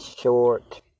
short